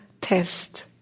test